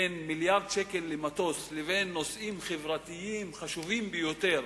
בין מיליארד שקל למטוס לבין נושאים חברתיים חשובים ביותר,